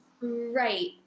Right